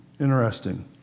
interesting